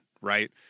right